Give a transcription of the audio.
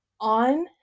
on